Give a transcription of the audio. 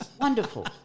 Wonderful